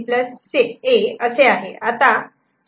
C A असे आहे